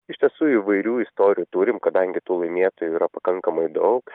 iš tiesų įvairių istorijų turime kadangi tų laimėtojų yra pakankamai daug